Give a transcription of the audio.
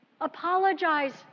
Apologize